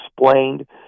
explained